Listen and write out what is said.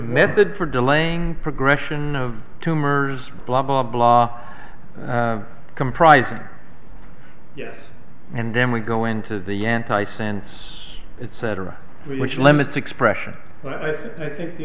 method for delaying progression of tumors blah blah blah comprising yes and then we go into the antisense it's cetera which limits expression but i think the